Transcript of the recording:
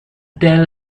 tell